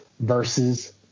versus